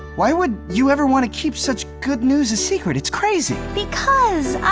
why would you ever wanna keep such good news a secret, it's crazy. because,